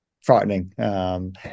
frightening